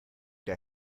der